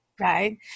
right